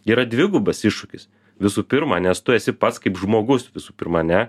yra dvigubas iššūkis visų pirma nes tu esi pats kaip žmogus visų pirma ane